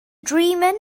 dreaming